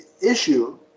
issue